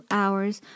hours